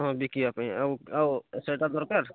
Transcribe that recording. ହଁ ବିକିବା ପାଇଁ ଆଉ ଆଉ ସେଟା ଦରକାର୍